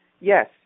yes